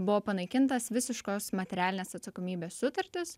buvo panaikintas visiškos materialinės atsakomybės sutartys